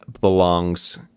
belongs